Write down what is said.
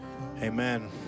amen